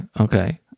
okay